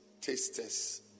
Tasters